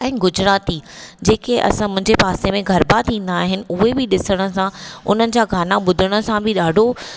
गुजराती जेके असां मुंहिंजे पासे में गरबा थींदा आहिनि हुए बि ॾिसण सां हुननि जा गाना ॿुधण सां बि ॾाढो